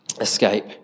escape